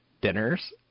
Dinners